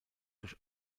durch